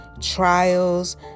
trials